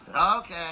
Okay